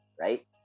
Right